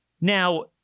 Now